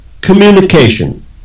communication